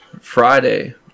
Friday